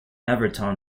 everton